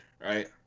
right